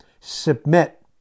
Submit